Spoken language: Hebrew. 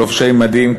לובשי מדים,